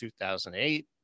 2008